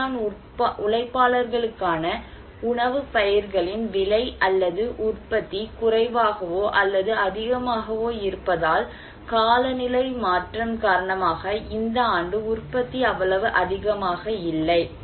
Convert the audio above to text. வேளாண் உழைப்பாளர்களுக்கான உணவுப் பயிர்களின் விலை அல்லது உற்பத்தி குறைவாகவோ அல்லது அதிகமாகவோ இருப்பதால் காலநிலை மாற்றம் காரணமாக இந்த ஆண்டு உற்பத்தி அவ்வளவு அதிகமாக இல்லை